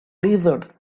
lizards